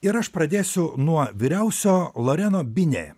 ir aš pradėsiu nuo vyriausio lareno binė